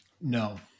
no